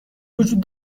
وجود